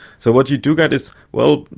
so what you do get is, well,